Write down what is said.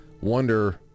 wonder